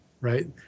right